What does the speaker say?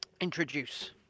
introduce